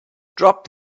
drop